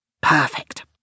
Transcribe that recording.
Perfect